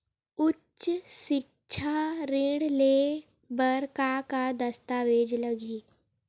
उच्च सिक्छा ऋण ले बर का का दस्तावेज लगही?